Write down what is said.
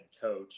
coach